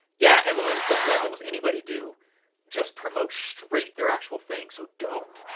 yeah, mlms don't let almost anybody do just promote straight their actual thing, so don't.